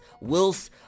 wills